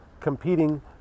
competing